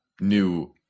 new